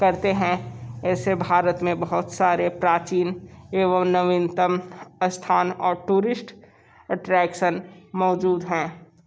करते हैं ऐसे भारत में बहुत सारे प्राचीन एवं नवीनतम स्थान और टूरिस्ट अट्रैक्शन मौजूद हैं